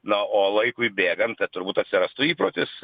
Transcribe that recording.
na o laikui bėgant tai turbūt atsirastų įprotis